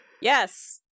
Yes